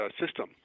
system